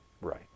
right